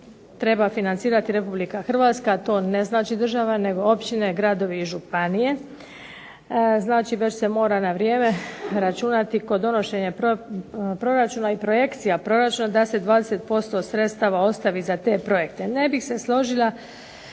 treba financirati Republika Hrvatska, a to ne znači država nego općine, gradovi i županije. Znači već se mora na vrijeme računati kod donošenja proračuna i projekcija proračuna da se 20% sredstava ostavi za te projekte. Ne bih se složila